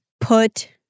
put